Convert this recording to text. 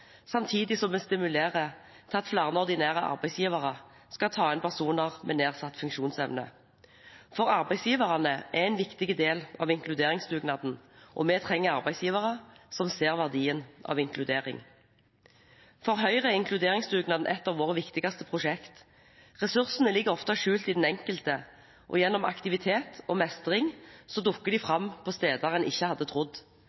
samtidig som vi stimulerer til at flere ordinære arbeidsgivere skal ta inn personer med nedsatt funksjonsevne. Arbeidsgiverne er en viktig del av inkluderingsdugnaden, og vi trenger arbeidsgivere som ser verdien av inkludering. For Høyre er inkluderingsdugnaden et av våre viktigste prosjekt. Ressursene ligger ofte skjult i den enkelte, og gjennom aktivitet og mestring dukker de fram på steder man kanskje ikke hadde trodd.